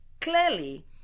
clearly